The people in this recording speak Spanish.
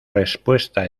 respuesta